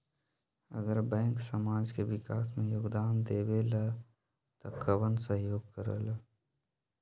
अगर बैंक समाज के विकास मे योगदान देबले त कबन सहयोग करल?